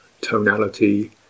tonality